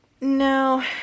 No